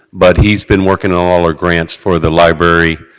but he's been working on all our grants for the library,